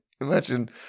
imagine